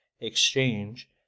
exchange